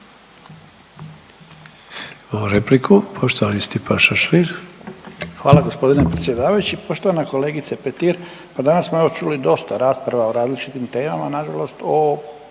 Hvala g. predsjedavajući.